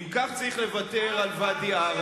אם כך צריך לוותר על ואדי-עארה.